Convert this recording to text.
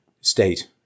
state